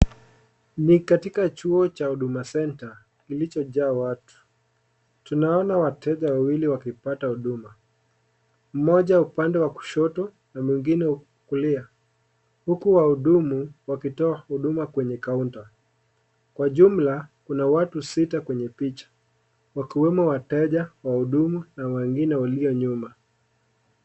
Ni katika chuo cha huduma center kilichojaa watu. Tunaona wateja wawili wakipata huduma Moja upande wa kushoto na mwingine kulia huku wahudumu wakitoa huduma kwenye counter ,Kwa jumla kuna watu sita kwenye picha wakiwemo wateja, wahudumu, na wengine walionyuma.